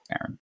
Aaron